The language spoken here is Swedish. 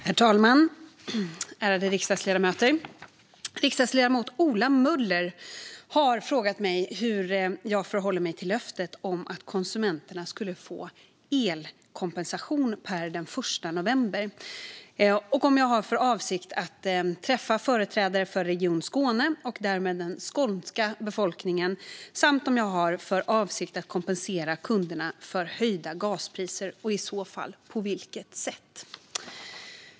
Herr talma och ärade riksdagsledamöter! Riksdagsledamoten Ola Möller har frågat mig hur jag förhåller mig till löftet om att konsumenterna skulle få elkompensation per den 1 november, om jag har för avsikt att träffa företrädare för Region Skåne och därmed den skånska befolkningen samt om jag har för avsikt att kompensera kunderna för höjda gaspriser och, i så fall, på vilket sätt.